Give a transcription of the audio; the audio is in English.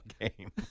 game